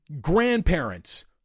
grandparents